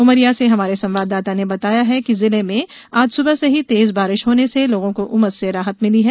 उमरिया से हमारे संवाददाता ने बताया है कि जिले में आज सुबह से ही तेज बारिश होने से लोगों को उमस से राहत मिली है